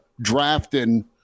drafting